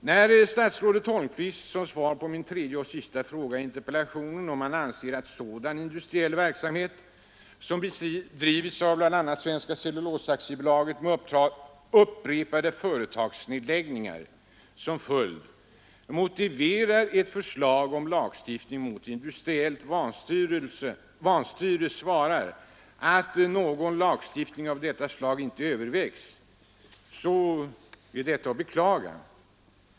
När statsrådet Holmqvist säger — som svar på min tredje och sista fråga i interpellationen, om han anser att sådan industriell verksamhet som bedrivits av bl.a. Svenska cellulosa AB med upprepade företagsnedläggningar som följd motiverar framläggande av förslag om lagstiftning mot industriellt vanstyre — att någon lagstiftning av detta slag inte övervägs, är detta att beklaga.